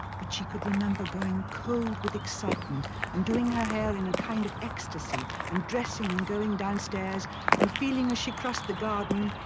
but she could remember going cold with excitement and doing her hair in a kind of ecstasy and dressing and going downstairs and feeling as she crossed the garden,